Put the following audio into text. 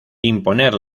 imponer